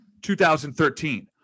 2013